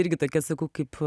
irgi tokia sakau kaip